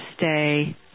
stay